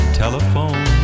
telephone